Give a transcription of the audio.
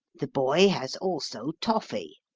the boy has also toffey.